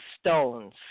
stones